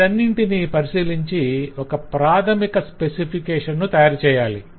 వీటన్నింటినీ పరిశీలించి ఒక ప్రాధమిక స్పెసిఫికేషన్ ను తయారుచేయాలి